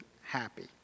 happy